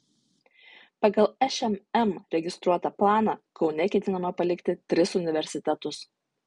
pagal šmm registruotą planą kaune ketinama palikti tris universitetus